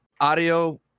audio